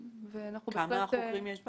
כמה חוקרים יש בה?